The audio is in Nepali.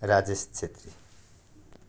राजेस छेत्री